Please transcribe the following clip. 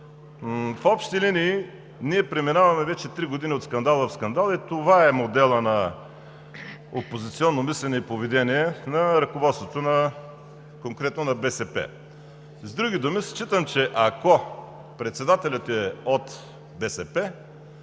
В общи линии ние преминаваме вече три години от скандал в скандал и това е моделът на опозиционно мислене и поведение на ръководството, конкретно на БСП. С други думи, считам, че ако председателят е от БСП,